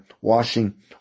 washing